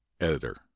Editor